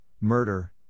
murder